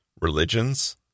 religions